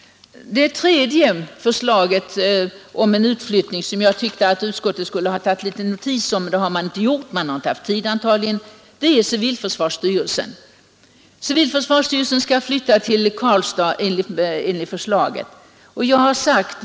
Det tredje förslaget till utflyttning som jag tycker att utskottet borde funderat mera på, men man har antagligen inte haft tid, är civilförsvarsstyrelsen. Enligt förslaget skall civilförsvarsstyrelsen flytta till Karlstad.